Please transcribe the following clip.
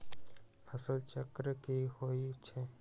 फसल चक्र की होइ छई?